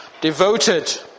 devoted